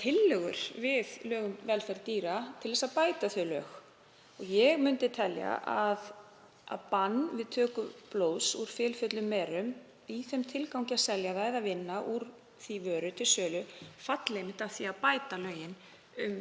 tillögur við lög um velferð dýra til þess að bæta þau. Ég myndi telja að bann við töku blóðs úr fylfullum merum í þeim tilgangi að selja það eða vinna úr því vöru til sölu falli einmitt að því að bæta lögin um